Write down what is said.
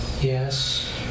Yes